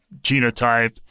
genotype